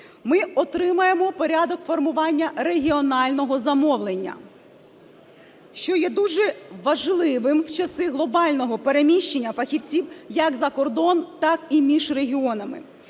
Ми отримаємо порядок формування регіонального замовлення, що є дуже важливим в часи глобального переміщення фахівців як за кордон, так і між регіонами.